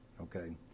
okay